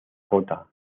gotha